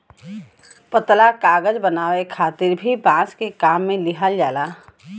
पतला कागज बनावे खातिर भी बांस के काम में लिहल जाला